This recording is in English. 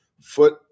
foot